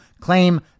claim